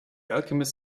alchemist